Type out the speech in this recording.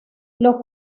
los